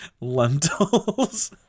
lentils